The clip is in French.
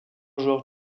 joueurs